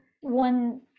one